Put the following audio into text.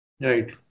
right